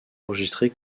enregistrée